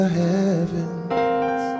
heavens